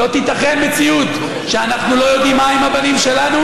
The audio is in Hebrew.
לא תיתכן מציאות שאנחנו לא יודעים מה עם הבנים שלנו,